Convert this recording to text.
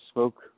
Smoke